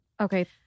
Okay